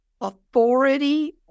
authority